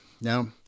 Now